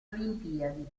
olimpiadi